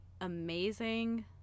amazing